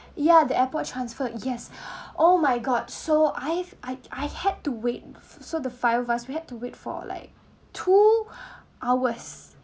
ya the airport transfer yes oh my god so I've I I had to wait so the five of us we had to wait for like two hours